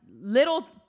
little